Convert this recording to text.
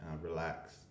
relax